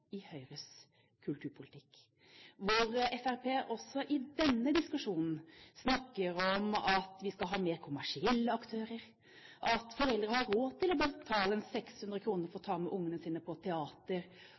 i Høyres kulturpolitikk. Fremskrittspartiet snakker også i denne diskusjonen om at vi skal ha mer kommersielle aktører, at foreldre har råd til å betale 600 kr for